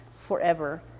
forever